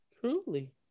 Truly